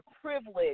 privilege